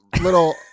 little